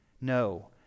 No